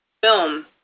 film